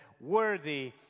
worthy